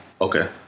Okay